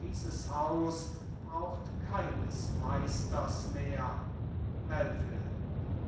dieses haus braucht keines meisters mehr melvil